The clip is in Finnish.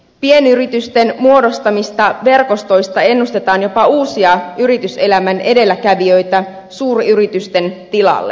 pienyritysten muodostamista verkostoista ennustetaan jopa uusia yrityselämän edelläkävijöitä suuryritysten tilalle